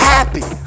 Happy